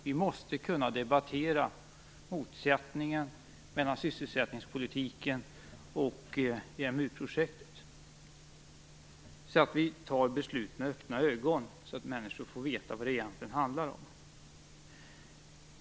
Vi måste kunna debattera motsättningen mellan sysselsättningspolitiken och EMU-projektet för att kunna fatta beslut med öppna ögon och så att människor får veta vad det egentligen handlar om.